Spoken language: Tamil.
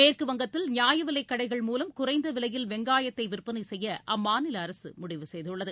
மேற்குவங்கத்தில் நியாயவிலைக் கடைகள் மூலம் குறைந்த விலையில் வெங்காயத்தை விற்பனை செய்ய அம்மாநில அரசு முடிவு செய்துள்ளது